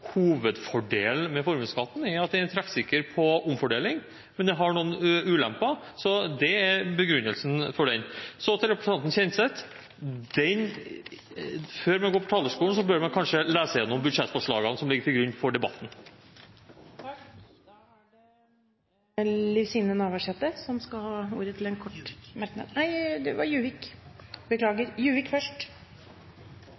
Hovedfordelen med formuesskatten er at den er treffsikker på omfordeling – selv om den har noen ulemper – så det er begrunnelsen for den. Så til representanten Kjenseth: Før man går på talerstolen, bør man kanskje lese igjennom budsjettforslagene som ligger til grunn for debatten. Representanten Kjell-Idar Juvik har hatt ordet to ganger tidligere og får ordet til en kort merknad,